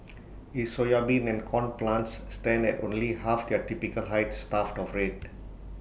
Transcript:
his soybean and corn plants stand at only half their typical height starved of rain